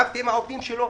רק עם העובדים שלו,